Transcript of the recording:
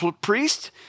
priest